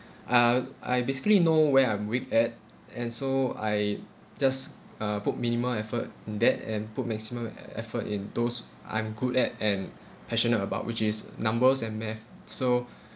ah uh I basically know where I'm weak at and so I just uh put minimal effort in that and put maximum e~ effort in those I'm good at and passionate about which is numbers and math so